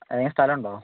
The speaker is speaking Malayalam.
ഏതെങ്കിലും സ്ഥലമുണ്ടോ